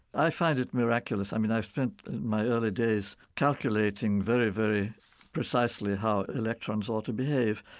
i find it miraculous. i mean, i spent my early days calculating very, very precisely how electrons ought to behave.